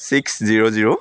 six zero zero